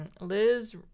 Liz